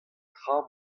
tra